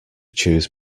choose